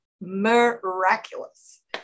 miraculous